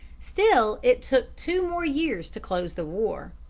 still it took two more years to close the war.